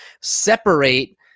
separate